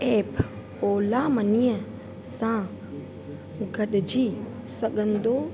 app Ola मनीअ सां गॾिजी सघंदो